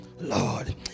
Lord